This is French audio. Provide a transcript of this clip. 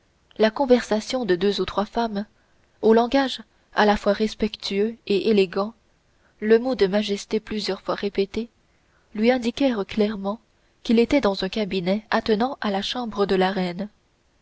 la conversation de deux ou trois femmes au langage à la fois respectueux et élégant le mot de majesté plusieurs fois répété lui indiquèrent clairement qu'il était dans un cabinet attenant à la chambre de la reine